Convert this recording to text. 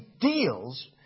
deals